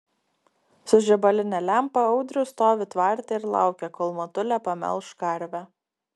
su žibaline lempa audrius stovi tvarte ir laukia kol motulė pamelš karvę